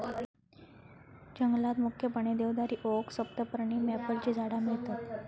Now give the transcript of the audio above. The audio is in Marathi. जंगलात मुख्यपणे देवदारी, ओक, सप्तपर्णी, मॅपलची झाडा मिळतत